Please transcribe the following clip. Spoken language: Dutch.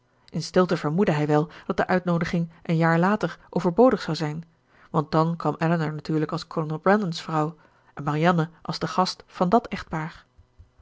in stilte vermoedde hij wel dat de uitnoodiging een jaar later overbodig zou zijn want dan kwam elinor natuurlijk als kolonel brandon's vrouw en marianne als de gast van dàt